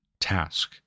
task